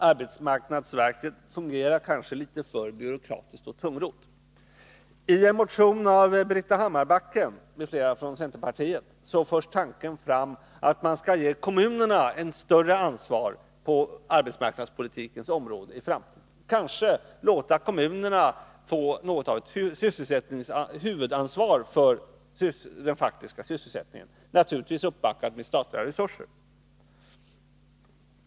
Arbetsmarknadsverket fungerar kanske litet för byråkratiskt och tungrott. I en motion av Britta Hammarbacken m.fl. från centerpartiet förs tanken fram att man skall ge kommunerna större ansvar på arbetsmarknadspolitikens område och kanske låta kommunerna få huvudansvaret för den framtida sysselsättningen, naturligtvis uppbackade av statliga resurser.